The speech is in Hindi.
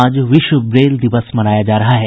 आज विश्व ब्रेल दिवस मनाया जा रहा है